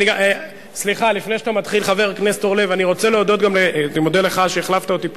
אני מודה לך על שהחלפת אותי פה.